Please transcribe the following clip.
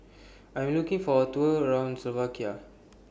I Am looking For A Tour around Slovakia